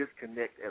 disconnect